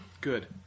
Good